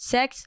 Sex